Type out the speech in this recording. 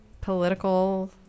political